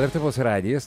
lietuvos radijas